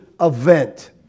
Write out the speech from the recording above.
event